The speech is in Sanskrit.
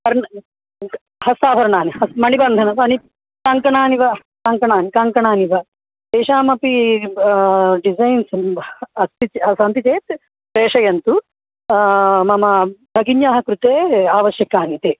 कर्ण् हस्ताभरणानि हस् मणिबन्धनं मणि कङ्कणानि वा कङ्कणानि कङ्कणानि वा तेषामपि डिज़ैन् सम् अस्ति चेत् सन्ति चेत् प्रेषयन्तु मम भगिन्याः कृते आवश्यकानि ते